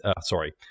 sorry